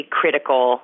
critical